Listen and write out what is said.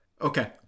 Okay